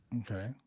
Okay